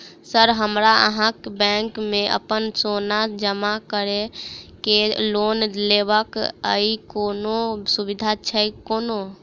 Sir हमरा अहाँक bank मे अप्पन सोना जमा करि केँ लोन लेबाक अई कोनो सुविधा छैय कोनो?